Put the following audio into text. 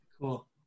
Cool